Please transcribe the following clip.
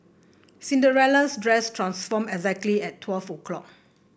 Cinderella's dress transformed exactly at twelve o' clock